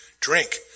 Drink